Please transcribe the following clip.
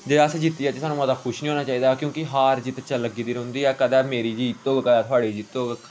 जे अस जित्ती जाचै ते सानूं मता खुश नेईं होना चाहिदा क्योंकि हार जित्त लग्गी दी रौंहदी ऐ कदें मेरी जित्त होग कदें थुआढ़ी जित्त होग